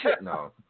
No